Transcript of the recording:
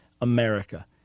America